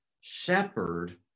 shepherd